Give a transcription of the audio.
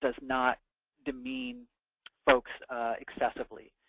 does not demean folks excessively.